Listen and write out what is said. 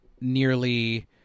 nearly